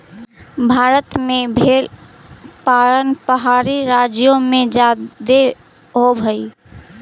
भारत में भेंड़ पालन पहाड़ी राज्यों में जादे होब हई